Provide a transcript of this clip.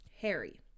Harry